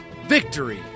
victory